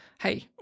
hey